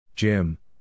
Jim